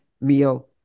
meal